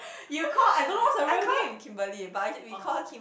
I call Kimberly but uh we call her Kim